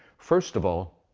first of all,